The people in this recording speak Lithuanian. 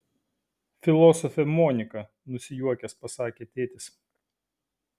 filosofė monika nusijuokęs pasakė tėtis